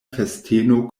festeno